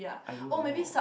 I don't know